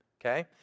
okay